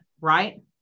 right